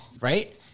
right